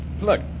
Look